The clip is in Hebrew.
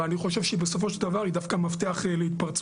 אבל אני חושב שהוא בסופו של דבר דווקא מפתח להתפרצות.